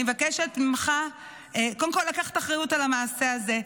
אני מבקשת ממך קודם כול לקחת אחריות על המעשה הזה,